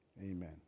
amen